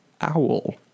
owl